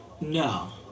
No